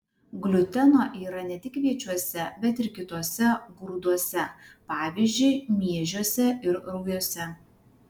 gliuteno yra ne tik kviečiuose bet ir kituose grūduose pavyzdžiui miežiuose ir rugiuose